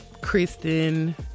Kristen